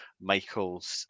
Michaels